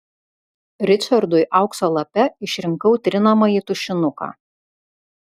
ričardui aukso lape išrinkau trinamąjį tušinuką